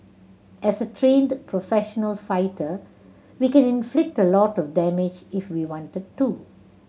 as a trained professional fighter we can inflict a lot of damage if we wanted to